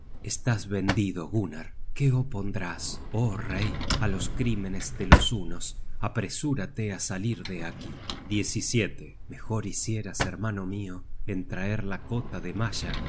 estás vendido gunnar qué opondrás oh rey á los crímenes de los hunos apresúrale á salir de aquí mejor hicieras hermano mio en traer la cota de malla y